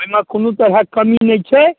एहिमे कोनो तरहक कमी नहि छै